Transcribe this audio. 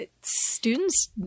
students